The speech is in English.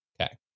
okay